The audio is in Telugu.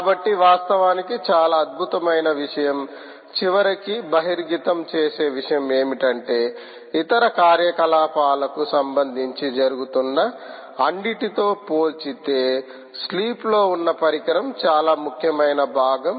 కాబట్టి వాస్తవానికి చాలా అద్భుతమైన విషయం చివరికి బహిర్గతం చేసే విషయం ఏమిటంటే ఇతర కార్యకలాపాలకు సంబంధించి జరుగుతున్న అన్నిటితో పోల్చితే స్లీప్లో ఉన్న పరికరం చాలా ముఖ్యమైన భాగం